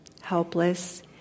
helpless